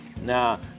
now